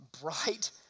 bright